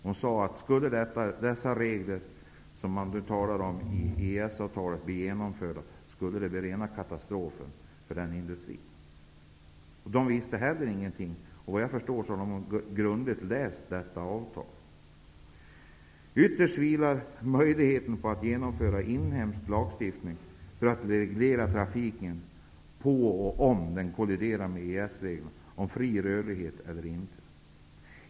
De sade att om de regler som omtalas i EES-avtalet genomförs blir det rena katastrofen. De visste heller ingenting, trots att de, såvitt jag förstår, hade läst avtalet grundligt. Ytterst vilar möjligheten att genomföra inhemsk lagstiftning för att reglera trafiken på om en sådan lagstiftning kolliderar med EES-reglerna om fri rörlighet eller inte.